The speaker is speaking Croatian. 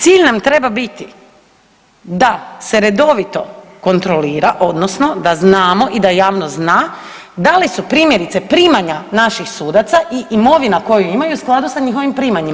Cilj nam treba biti da se redovito kontrolira odnosno da znamo i da javnost zna da li su primjerice primanja naših sudaca i imovina koju imaju u skladu sa njihovim primanjima.